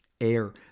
air